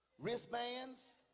wristbands